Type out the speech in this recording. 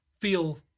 feel